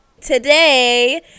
today